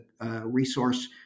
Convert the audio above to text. resource